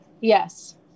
Yes